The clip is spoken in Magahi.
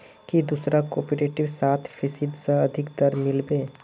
की दूसरा कॉपरेटिवत सात फीसद स अधिक दर मिल बे